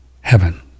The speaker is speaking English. heaven